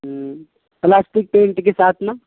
ہوں plastic paint کے ساتھ نا